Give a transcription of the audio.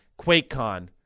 QuakeCon